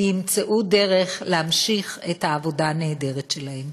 וימצאו דרך להמשיך את העבודה הנהדרת שלהם.